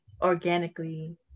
organically